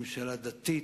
ממשלה דתית,